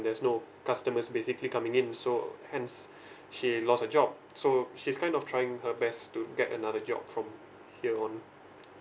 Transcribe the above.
there's no customers basically coming in so hence she lost her job so she's kind of trying her best to get another job from here on